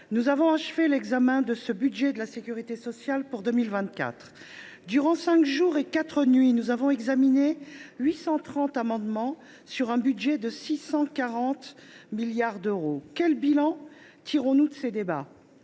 nous avons achevé l’examen du budget de la sécurité sociale pour 2024. Durant cinq jours et quatre nuits, nous avons examiné 830 amendements portant sur un budget de 640 milliards d’euros. Quel bilan tirons nous de ces débats ?